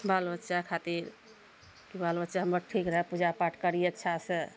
बाल बच्चा खातिर कि बाल बच्चा हमर ठीक रहय पूजा पाठ करी अच्छासँ